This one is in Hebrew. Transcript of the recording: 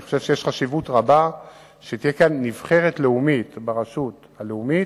אני חושב שיש חשיבות רבה שתהיה כאן נבחרת לאומית ברשות הלאומית,